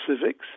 civics